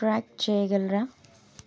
track చెయ్యగలరా